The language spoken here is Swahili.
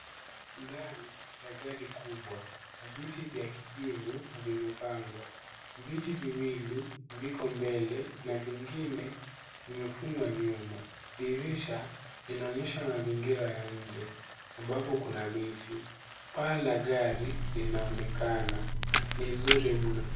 Ndani ya gari kubwa viti vya kijivu vimepangwa. Viti viwili viko mbele na vingine vimefungwa nyuma, dirisha inaonyesha mazingira ya inje ambapo kuna miti, paa la gari linaonekana ni nzuri mno.